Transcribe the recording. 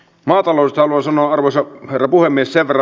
maatalous on arvoisa herra puhemies sembra